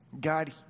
God